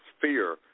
fear